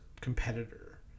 competitor